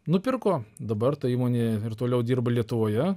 nupirko dabar ta įmonė ir toliau dirba lietuvoje